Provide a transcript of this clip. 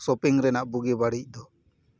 shopping ᱨᱮᱱᱟᱜ ᱵᱩᱜᱤ ᱵᱟᱹᱲᱤᱡ ᱫᱚ